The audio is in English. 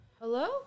hello